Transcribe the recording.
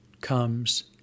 comes